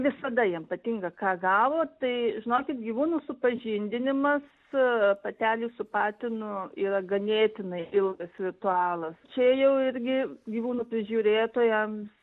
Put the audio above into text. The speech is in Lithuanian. visada jiem patinka ką gavo tai žinokit gyvūnų supažindinimas patelių su patinu yra ganėtinai ilgas ritualas čia jau irgi gyvūnų prižiūrėtojam